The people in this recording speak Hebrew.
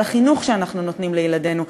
על החינוך שאנחנו נותנים לילדינו,